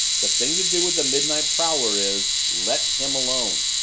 the thing to do with a midnight prowler is let him alone.